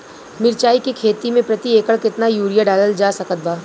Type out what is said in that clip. मिरचाई के खेती मे प्रति एकड़ केतना यूरिया डालल जा सकत बा?